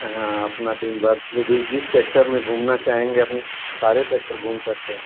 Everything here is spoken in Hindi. हाँ अपना दिन भर घूमिए जिस सेक्टर में घूमना चाहेंगे आप सारे सेक्टर में घूम सकते हैं